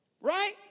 Right